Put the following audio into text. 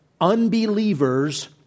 unbelievers